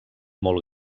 molt